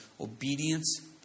Obedience